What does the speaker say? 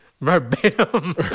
Verbatim